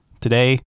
today